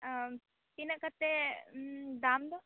ᱛᱤᱱᱟᱹ ᱠᱟᱛᱮ ᱫᱟᱢ ᱫᱚ